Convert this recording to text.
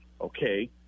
Okay